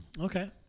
Okay